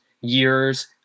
years